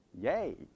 Yay